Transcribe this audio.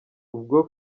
ubwo